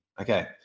Okay